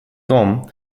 том